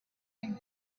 and